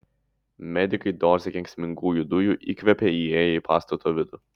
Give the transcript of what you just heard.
medikai dozę kenksmingų dujų įkvėpė įėję į pastato vidų